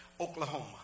Oklahoma